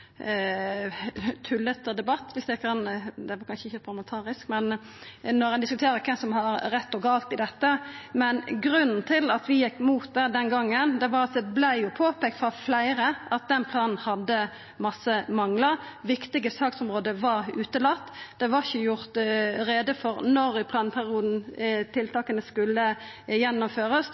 tullete debatt – det er kanskje ikkje eit parlamentarisk uttrykk – når ein diskuterer kven som har rett, og kven som tek feil i dette. Men grunnen til at vi gjekk imot det den gongen, var at det vart påpeikt av fleire at planen hadde mange manglar: Viktige saksområde var utelatne, det var ikkje gjort greie for når i planperioden tiltaka skulle gjennomførast